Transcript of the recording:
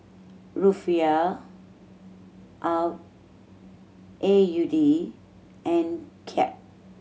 Rufiyaa A U D and Kyat